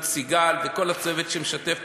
את סיגל וכל הצוות שמשתף פעולה,